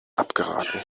abgeraten